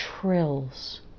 trills